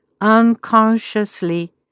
unconsciously